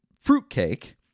fruitcake